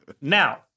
Now